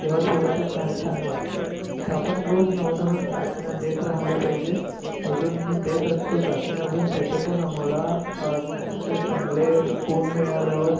तेव्हा थोडंसं चा छान वाटते तर आपण रोज नवनवीन चाचण्या देत रहाल्या पाहिजे अजून मी देत असतो चाचण्या अजून त्याच्यातून आम्हाला च चांगले गुण मिळाल्यावर